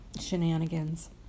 shenanigans